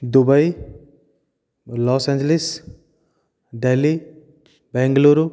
Dubai Los Angeles Delhi Bengaluru